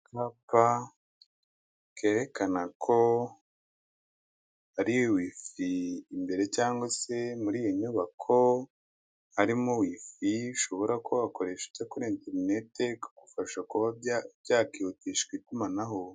Akapa kerekana ko hari wifi imbere cyangwa se muri iyi nyubako, harimo wifi ushobora kuba wakoresha ujya kuri interineti bikagufasha kuba byakihutisha itumanaho.